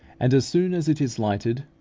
and as soon as it is lighted,